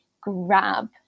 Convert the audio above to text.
grab